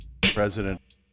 President